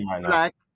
black